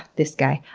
this guy!